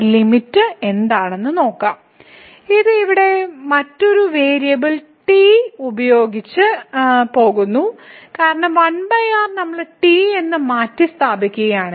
എന്നതിന്റെ ലിമിറ്റ് എന്താണെന്ന് നോക്കാം ഇത് ഇവിടെ മറ്റൊരു വേരിയബിൾ t ഉപയോഗിച്ചു അത് പോകുന്നു കാരണം 1 r നമ്മൾ t എന്ന് മാറ്റിസ്ഥാപിക്കുന്നു